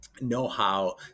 know-how